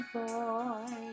boy